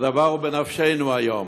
והדבר הוא בנפשנו היום.